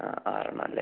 ആ ആറെണ്ണം അല്ലേ